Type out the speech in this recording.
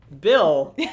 Bill